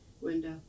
window